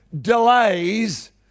Delays